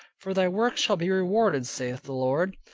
for thy work shall be rewarded, saith the lord,